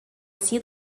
see